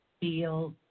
feel